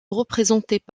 représentaient